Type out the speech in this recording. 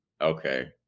okay